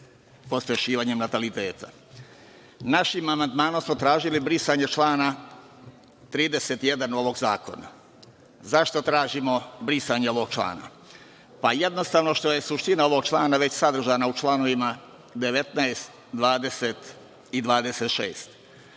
pospešivanja nataliteta. Našim amandmanom smo tražili brisanje člana 31. ovog zakona. Zašto tražimo brisanje ovog člana? Jednostavno zato što je suština ovog člana sadržana u članovima 19, 20. i 26.